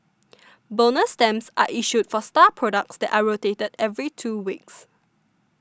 bonus stamps are issued for star products that are rotated every two weeks